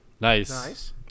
Nice